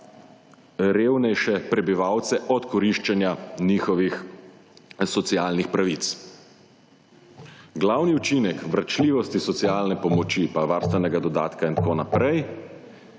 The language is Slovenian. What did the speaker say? revnejše prebivalce od koriščenja njihovih socialnih pravic. Glavni učinek vračljivosti socialne pomoči, pa varstvenega dodatka in tako naprej,